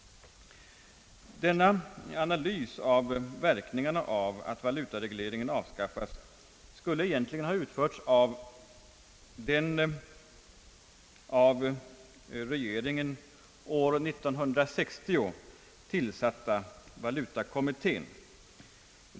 Denna analys av verkningarna av valutaregleringens avskaffande skulle egentligen ha utförts av den av regeringen år 1960 tillsatta valutakommittén.